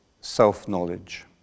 self-knowledge